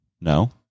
No